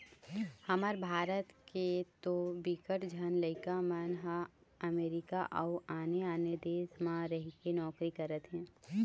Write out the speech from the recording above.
हमर भारत के तो बिकट झन लइका मन ह अमरीका अउ आने आने देस म रहिके नौकरी करत हे